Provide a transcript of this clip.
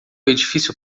edifício